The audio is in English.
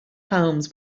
homes